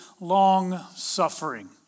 long-suffering